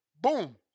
boom